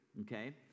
okay